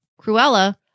Cruella